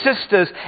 sisters